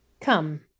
Come